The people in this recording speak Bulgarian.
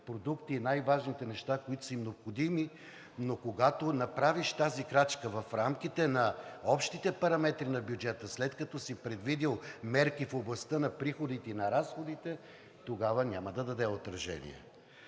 продукти, и най-важните неща, които са им необходими, но когато направиш тази крачка в рамките на общите параметри на бюджета, след като си предвидил мерки в областта на приходите и на разходите, тогава няма да даде отражение.